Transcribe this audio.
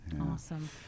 Awesome